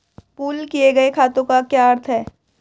Pool किए गए खातों का क्या अर्थ है?